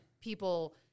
people